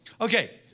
Okay